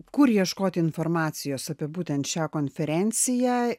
kur ieškoti informacijos apie būtent šią konferenciją